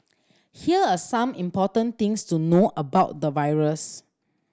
here are some important things to know about the virus